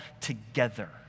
together